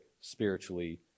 spiritually